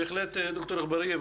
בהחלט ד"ר אגבאריה,